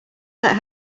let